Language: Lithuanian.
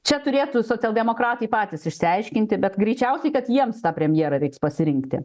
čia turėtų socialdemokratai patys išsiaiškinti bet greičiausiai kad jiems ta premjera vyks pasirinkti